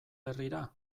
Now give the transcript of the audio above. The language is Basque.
herrira